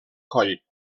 coll